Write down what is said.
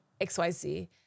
XYZ